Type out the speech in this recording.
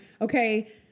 okay